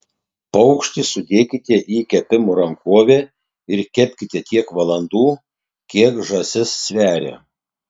paukštį sudėkite į kepimo rankovę ir kepkite tiek valandų kiek žąsis sveria